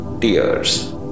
tears